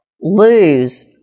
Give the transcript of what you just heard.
lose